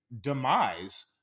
demise